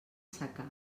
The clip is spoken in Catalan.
secà